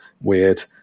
weird